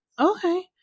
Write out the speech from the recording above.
Okay